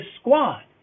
squad